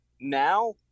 Now